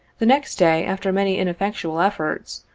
the next day, after many ineffectual efforts,